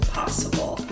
possible